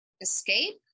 escape